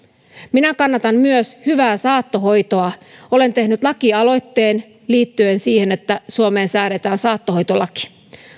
minä kannatan myös hyvää saattohoitoa olen tehnyt lakialoitteen liittyen siihen että suomeen säädetään saattohoitolaki